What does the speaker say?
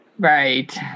Right